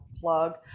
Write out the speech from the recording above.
plug